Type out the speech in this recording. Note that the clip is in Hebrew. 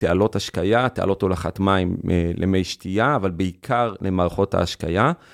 תעלות השקייה, תעלות הולכת מים למי שתייה, אבל בעיקר למערכות ההשקייה.